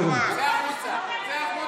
זה,